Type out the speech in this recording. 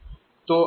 તો આ તે કમાન્ડ છે